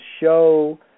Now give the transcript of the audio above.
show